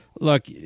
look